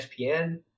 espn